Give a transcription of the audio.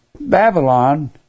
Babylon